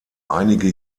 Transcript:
einige